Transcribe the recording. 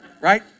Right